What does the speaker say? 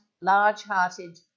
large-hearted